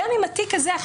גם אם התיק הזה נמצא,